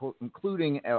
including